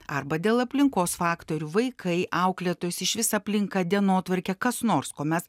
arba dėl aplinkos faktorių vaikai auklėtojos išvis aplinka dienotvarkė kas nors ko mes